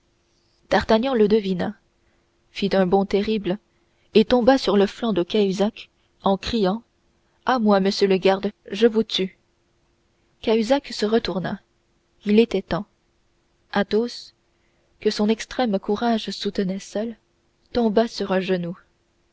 d'artagnan le devina fit un bond terrible et tomba sur le flanc de cahusac en criant à moi monsieur le garde je vous tue cahusac se retourna il était temps athos que son extrême courage soutenait seul tomba sur un genou